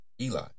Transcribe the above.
Eli